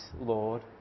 Lord